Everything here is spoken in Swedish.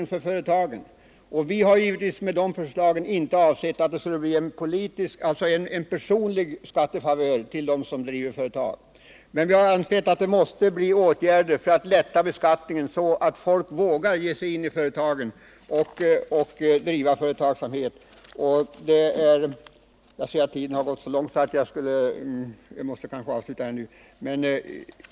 Med våra förslag har vi givetvis inte avsett att ge någon personlig skattefavör åt dem som driver företagen. Men vi har ansett att vi måste vidta åtgärder för att lätta på beskattningen, så att folk vågar driva företag. Vi är ense om målen när det gäller industripolitiken.